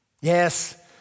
Yes